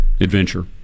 adventure